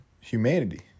humanity